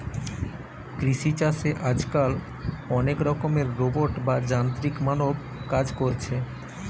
কৃষি চাষে আজকাল অনেক রকমের রোবট বা যান্ত্রিক মানব কাজ কোরছে